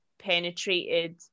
penetrated